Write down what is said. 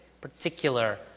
particular